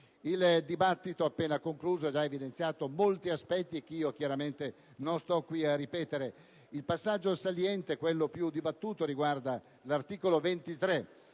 Il dibattito appena concluso ha già evidenziato molti aspetti che chiaramente non ripeterò. Il passaggio saliente, quello più dibattuto, riguarda l'articolo 23,